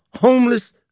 homeless